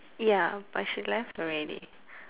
ya but she left already